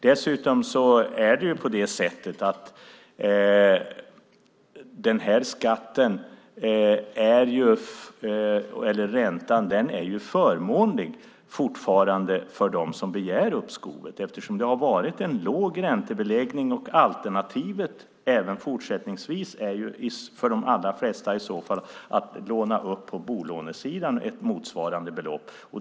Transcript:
Dessutom är räntan fortfarande förmånlig för dem som begär uppskov eftersom det har varit en låg räntebeläggning. Och alternativet är även fortsättningsvis för de allra flesta att ta ett bolån på motsvarande belopp.